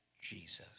Jesus